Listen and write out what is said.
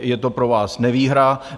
Je to pro vás nevýhra.